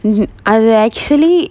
mm அது:athu actually